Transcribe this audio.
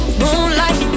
moonlight